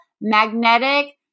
magnetic